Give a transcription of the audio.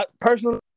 personally